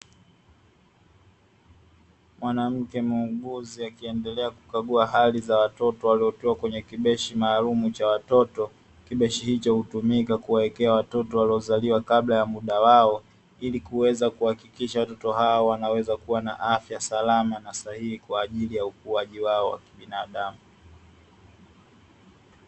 Mwanamke muuguzi akiendelea kukagua hali za watoto waliotiwa kwenye kibeshi maalumu cha watoto. Kibeshi hicho hutumika kuwawekea watoto waliozaliwa kabla ya muda wao, ili kuweza kuhakikisha watoto hawa wanaweza kuwa na afya salama na sahihi kwa ajili ya ukuaji wao wa kibinadamu.